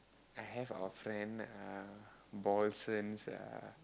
I have a friend uh uh